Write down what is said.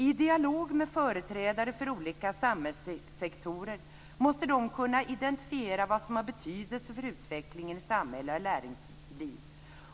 I dialog med företrädare för olika samhällssektorer måste de kunna identifiera vad som har betydelse för utvecklingen i samhälle och näringsliv.